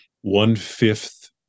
one-fifth